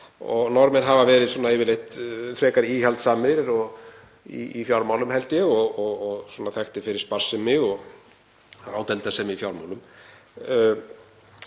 Norðmenn hafa verið yfirleitt frekar íhaldssamir í fjármálum, held ég, og þekktir fyrir sparsemi og ráðdeildarsemi í fjármálum.